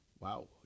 Wow